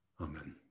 Amen